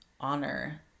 honor